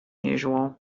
usual